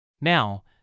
Now